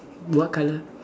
what colour